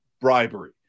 bribery